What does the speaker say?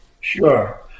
Sure